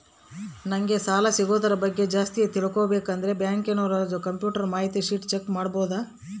ನಂಗೆ ಸಾಲ ಸಿಗೋದರ ಬಗ್ಗೆ ಜಾಸ್ತಿ ತಿಳಕೋಬೇಕಂದ್ರ ನಾನು ಬ್ಯಾಂಕಿನೋರ ಕಂಪ್ಯೂಟರ್ ಮಾಹಿತಿ ಶೇಟ್ ಚೆಕ್ ಮಾಡಬಹುದಾ?